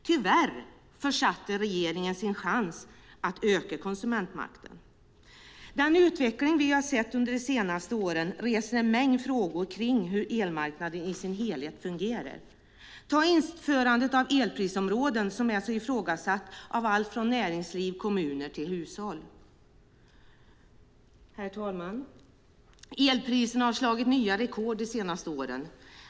Tyvärr försatte regeringen sin chans att öka konsumentmakten. Den utveckling som vi har sett under de senaste åren reser en mängd frågor kring hur elmarknaden i sin helhet fungerar. Man kan som exempel ta införandet av elprisområden som är så ifrågasatt av alla - näringsliv, kommuner och hushåll. Herr talman! Elpriserna har slagit nya rekord de senaste åren.